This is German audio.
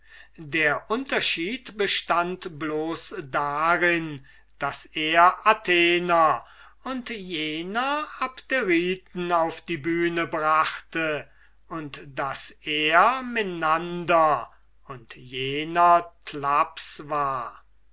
der unterschied bestand bloß darin daß er athenienser und jener abderiten auf die bühne brachte und daß er menander und jener thlaps war